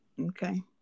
Okay